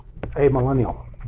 amillennial